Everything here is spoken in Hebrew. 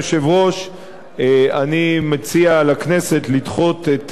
אני מציע לכנסת לדחות את הצעות האי-אמון.